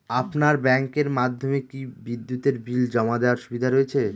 আপনার ব্যাংকের মাধ্যমে কি বিদ্যুতের বিল জমা দেওয়ার সুবিধা রয়েছে?